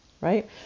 right